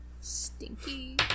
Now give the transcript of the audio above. Stinky